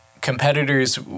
competitors